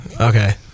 Okay